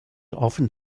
often